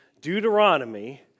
Deuteronomy